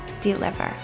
deliver